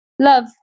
love